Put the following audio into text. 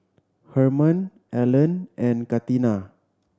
Hermon Elon and Katina